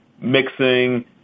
mixing